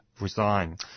resign